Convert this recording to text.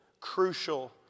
crucial